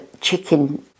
chicken